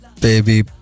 Baby